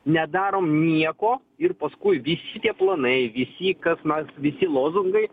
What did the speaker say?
nedarom nieko ir paskui visi tie planai visi kas na visi lozungai